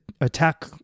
attack